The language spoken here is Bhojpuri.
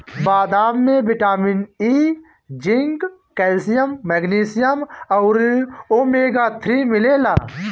बदाम में vitamin E, zinc, calcium, magnesium अउरी ओमेगा थ्री मिलेला